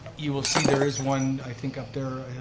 you will see there is one, i think up there,